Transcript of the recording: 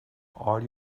all